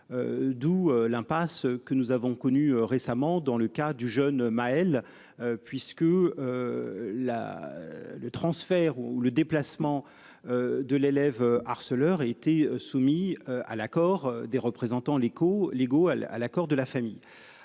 D'où l'impasse que nous avons connu récemment dans le cas du jeune Maëlle. Puisque. La. Le transfert ou le déplacement. De l'élève harceleur été soumis à l'accord des représentants l'légaux à à l'accord de la famille